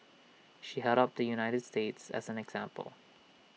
she held up the united states as an example